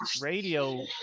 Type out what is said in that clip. radio